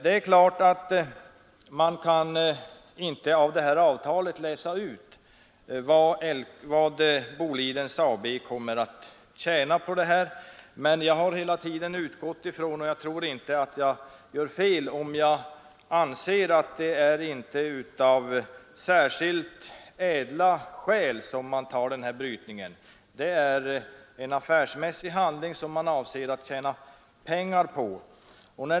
Man kan naturligtvis inte av det här avtalet läsa ut exakt vad Boliden AB kommer att tjäna på affären, men jag har hela tiden utgått ifrån — och jag tror inte att jag gör fel — att det inte är av särskilt ädla skäl som det tar den här brytningen. Det är en affärsmässig handling som man avser att tjäna pengar på.